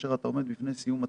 כאשר אתה עומד לפני סיום התפקיד,